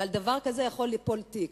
ועל דבר כזה יכול ליפול תיק.